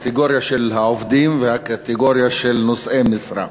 הקטגוריה של העובדים והקטגוריה של נושאי משרה.